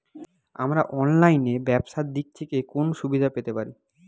আমরা অনলাইনে ব্যবসার দিক থেকে কোন সুবিধা পেতে পারি?